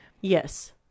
Yes